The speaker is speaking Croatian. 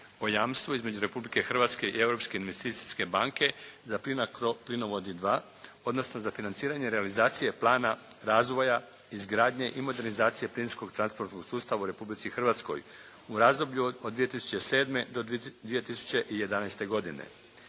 o jamstvu između Republike Hrvatske i Europske investicijske banke za "Plinacro plinovodi II", odnosno za financiranje realizacije plana razvoja izgradnje i modernizacije plinskog transportnog sustava u Republici Hrvatskoj u razdoblju od 2007. do 2011. godine.